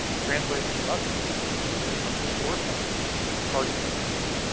translation muster include communication from a source language to a target language.